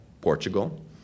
Portugal